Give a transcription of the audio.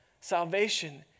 salvation